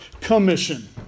commission